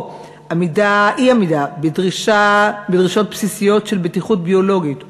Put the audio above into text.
או אי-עמידה בדרישות בסיסיות של בטיחות ביולוגיות,